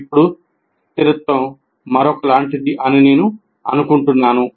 ఇప్పుడు స్థిరత్వం అలాంటిది అని నేను అనుకుంటున్నాను